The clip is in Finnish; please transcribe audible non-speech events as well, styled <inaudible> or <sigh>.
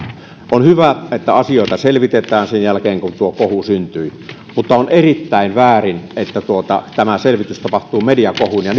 on hyvä että asioita selvitetään sen jälkeen kun tuo kohu syntyi mutta on erittäin väärin että tämä selvitys tapahtuu mediakohun ja <unintelligible>